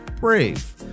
Brave